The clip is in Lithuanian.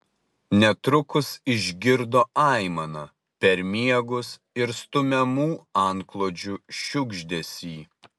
netrukus išgirdo aimaną per miegus ir stumiamų antklodžių šiugždesį